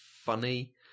funny